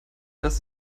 dass